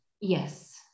Yes